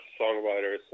songwriters